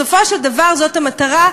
בסופו של דבר זאת המטרה,